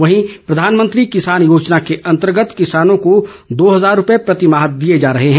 वहीं प्रधानमंत्री किसान योजना के अंतर्गत किसानों को दो हजार रूपये प्रतिमाह दिये जा रहे हैं